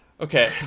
Okay